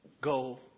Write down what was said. go